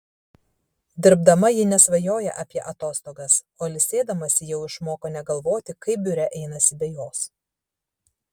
dirbdama ji nesvajoja apie atostogas o ilsėdamasi jau išmoko negalvoti kaip biure einasi be jos